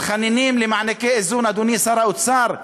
מתחננים למענקי איזון, אדוני שר האוצר,